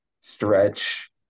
stretch